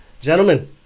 gentlemen